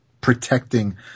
protecting